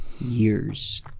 Years